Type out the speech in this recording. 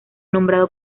nombrado